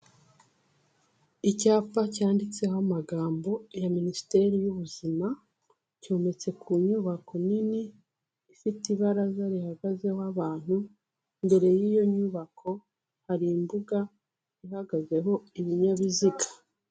Icyapa cyanditseho amagambo ya Minisiteri y'ubuzima cyometse ku nyubako nini ifite ibaraza rihagazeho abantu, imbere y'iyo nyubako hari imbuga ihagazeho ibinyabiziga.